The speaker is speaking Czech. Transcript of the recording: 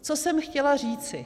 Co jsem chtěla říci.